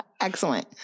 Excellent